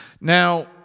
Now